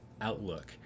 outlook